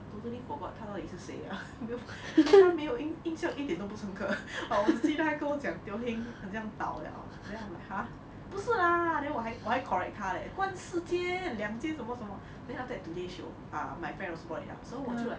totally forgot 他到底是谁对他没有印印象一点都不深刻 but 我就记得他跟我讲 Teo Heng 很像倒了 then I am like !huh! 不是啦 then 我还我还 correct 他 leh 关四间两间什么什么 then after that today show ah my friend was bought it up so 我就 like